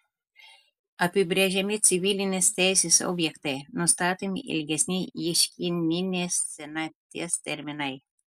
apibrėžiami civilinės teisės objektai nustatomi ilgesni ieškininės senaties terminai